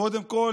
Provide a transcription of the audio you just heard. קודם כול,